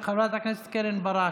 חברת הכנסת קרן ברק,